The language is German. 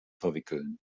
verwickeln